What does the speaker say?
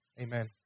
Amen